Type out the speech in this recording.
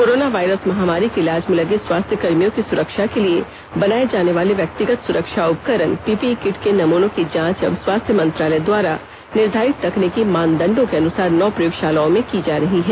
corona virus महामारी के इलाज में लगे स्वास्थ्य कर्मियों की सुरक्षा के लिए बनाए जाने वाले व्यक्तिगत सुरक्षा उपकरण पीपीई किट के नमूनों की जांच अब स्वास्थ्य मंत्रालय द्वारा निर्धारित तकनीकी मानदंडों के अनुसार नौ प्रयोगशालाओं में की जा रही है